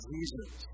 Jesus